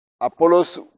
Apollos